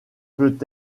peut